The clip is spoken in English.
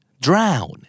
drown